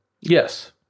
Yes